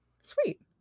sweet